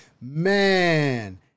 man